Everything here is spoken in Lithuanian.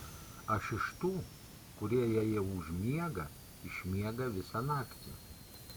aš iš tų kurie jei jau užmiega išmiega visą naktį